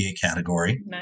category